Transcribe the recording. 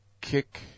Kick